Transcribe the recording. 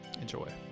Enjoy